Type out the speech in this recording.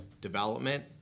development